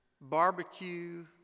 barbecue